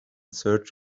search